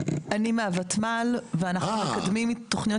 אני מהותמ"ל ואנחנו מקדמים תוכניות